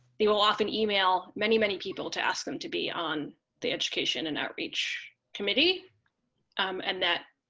they will often email many, many people to ask them to be on the education and outreach committee and that